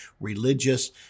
religious